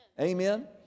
Amen